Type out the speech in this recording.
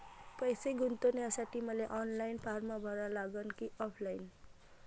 पैसे गुंतन्यासाठी मले ऑनलाईन फारम भरा लागन की ऑफलाईन?